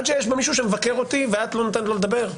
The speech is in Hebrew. עד שיש פה מישהו שמבקר אותי ואת לא נותנת לו לדבר?